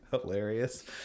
hilarious